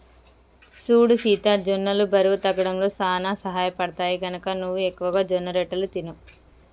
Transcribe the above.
సూడు సీత జొన్నలు బరువు తగ్గడంలో సానా సహయపడుతాయి, గనక నువ్వు ఎక్కువగా జొన్నరొట్టెలు తిను